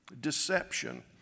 Deception